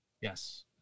Yes